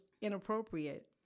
inappropriate